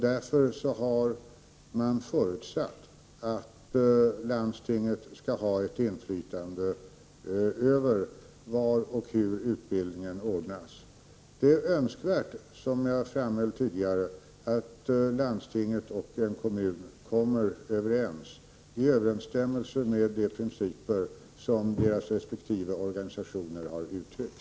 Därför har man förutsatt att landstinget skall ha ett inflytande över var och hur utbildningen ordnas. Det är önskvärt, som jag framhöll tidigare, att landstinget och en kommun kommer överens, i överensstämmelse med de principer som deras resp. organisationer har uttryckt.